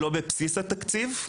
לא בבסיס התקציב,